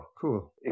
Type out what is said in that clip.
cool